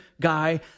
guy